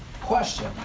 Question